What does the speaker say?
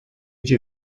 age